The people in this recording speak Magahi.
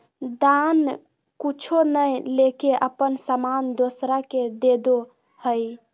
दान कुछु नय लेके अपन सामान दोसरा के देदो हइ